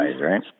right